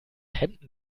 hemden